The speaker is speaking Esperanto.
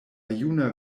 juna